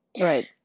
Right